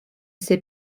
sais